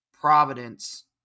providence